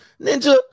Ninja